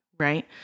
Right